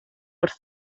wrth